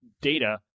data